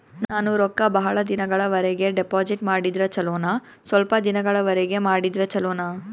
ನಾನು ರೊಕ್ಕ ಬಹಳ ದಿನಗಳವರೆಗೆ ಡಿಪಾಜಿಟ್ ಮಾಡಿದ್ರ ಚೊಲೋನ ಸ್ವಲ್ಪ ದಿನಗಳವರೆಗೆ ಮಾಡಿದ್ರಾ ಚೊಲೋನ?